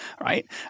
right